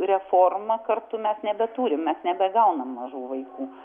reforma kartu mes nebeturim mes nebegaunam mažų vaikų